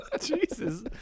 Jesus